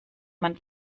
man